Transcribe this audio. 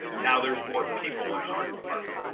now there's more people in an art department.